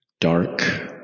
dark